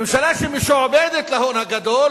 ממשלה שמשועבדת להון הגדול